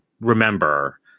remember